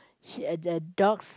she has uh dogs